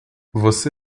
você